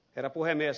herra puhemies